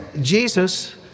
Jesus